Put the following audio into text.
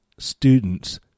Students